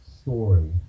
story